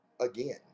again